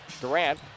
Durant